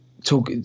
talk